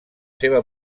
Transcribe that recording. seva